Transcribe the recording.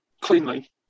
cleanly